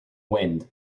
wind